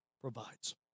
provides